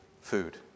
Food